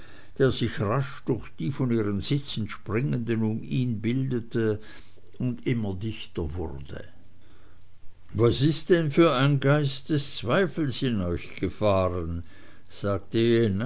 der sich rasch durch die von ihren sitzen springenden um ihn bildete und immer dichter wurde was ist denn für ein geist des zweifels in euch gefahren sagte